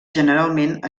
generalment